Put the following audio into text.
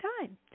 time